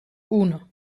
uno